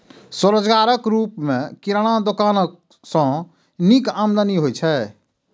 स्वरोजगारक रूप मे किराना दोकान सं नीक आमदनी होइ छै